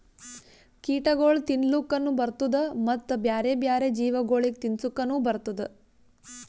ಕೀಟಗೊಳ್ ತಿನ್ಲುಕನು ಬರ್ತ್ತುದ ಮತ್ತ ಬ್ಯಾರೆ ಬ್ಯಾರೆ ಜೀವಿಗೊಳಿಗ್ ತಿನ್ಸುಕನು ಬರ್ತ್ತುದ